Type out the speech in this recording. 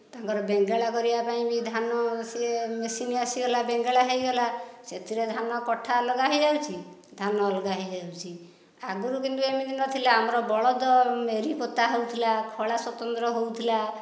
ତାଙ୍କର ବେଙ୍ଗଳ କରିବାପାଇଁ ବି ଧାନ ସିଏ ମେସିନି ଆସିଗଲା ବେଙ୍ଗେଳା ହୋଇଗଲା ସେଥିରେ ଧାନ କଠା ଅଲଗା ହୋଇଯାଉଛି ଧାନ ଅଲଗା ହୋଇଯାଉଛି ଆଗରୁ କିନ୍ତୁ ଏମିତି ନ ଥିଲା ଆମର ବଳଦ ମେରି ପୋତା ହେଉଥିଲା ଖଳ ସ୍ବତନ୍ତ୍ର ହେଉଥିଲା